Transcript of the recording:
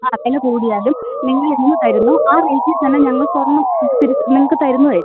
ആ വില കൂടിയാലും നിങ്ങളെന്ന് തരുന്നോ ആ റേറ്റിൽ തന്നെ ഞങ്ങൾ സ്വർണ്ണം ഇത് തിരിച്ച് നിങ്ങൾക്ക് തരുന്നതായിരിക്കും